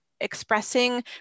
expressing